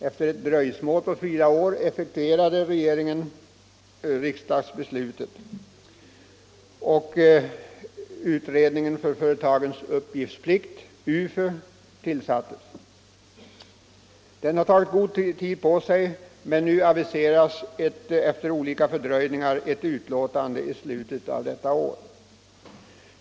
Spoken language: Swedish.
Efter ett dröjsmål på fyra år effektuerade regeringen riksdagsbeslutet, och utredningen för företagens uppgiftsplikt, UFU, tillsattes. Den har tagit god tid på sig, men nu aviseras efter olika fördröjningar ett betänkande i slutet av detta år.